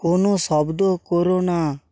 কোনো শব্দ কোরো না